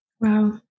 wow